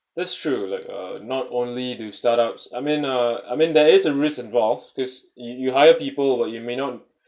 that's true like uh not only do startups I meant uh I meant there is a risk involves because you you hire people but you may not